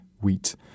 wheat